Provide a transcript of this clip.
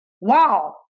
wow